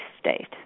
state